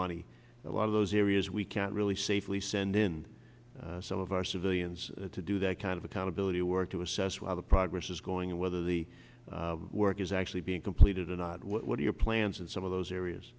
money a lot of those areas we can't really safely send in some of our civilians to do that kind of accountability work to assess whether progress is going in whether the work is actually being completed and what are your plans and some of those areas